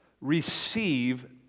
receive